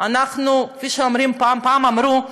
כפי שפעם אמרו: